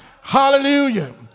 Hallelujah